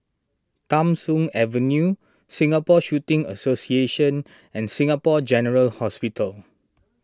Tham Soong Avenue Singapore Shooting Association and Singapore General Hospital